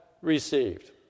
received